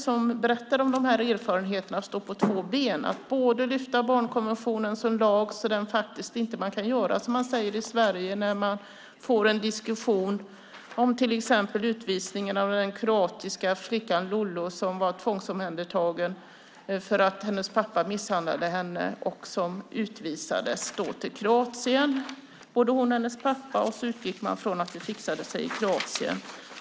Han berättade om erfarenheterna av att stå på två ben och bland annat lyfta barnkonventionen som lag. Då kan man inte göra som i Sverige när det till exempel gäller utvisningen av den kroatiska flickan Lollo som var tvångsomhändertagen för att hennes pappa misshandlade henne. Både hon och hennes pappa utvisades till Kroatien. Man utgick ifrån att det fixade sig i Kroatien.